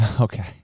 Okay